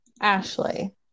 Ashley